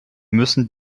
müssen